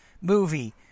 movie